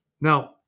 Now